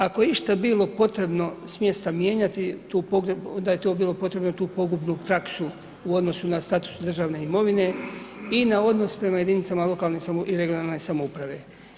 Ako je išta bilo potrebno smjesta mijenjati tu, onda je to bilo potrebno tu pogubnu praksu u odnosu na status državne imovine i na odnos prema jedinicama lokalne i regionalne samouprave.